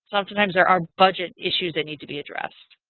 sometimes there are budget issues that need to be addressed.